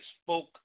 spoke